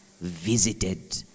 visited